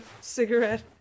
cigarette